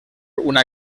una